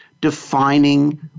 defining